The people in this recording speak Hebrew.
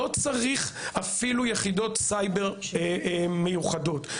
לא צריך אפילו יחידות סייבר מיוחדות,